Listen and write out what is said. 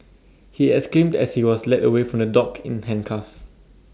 he exclaimed as he was led away from the dock in handcuffs